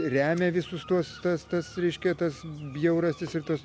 remia visus tuos tas tas reiškia tas bjaurastis ir tas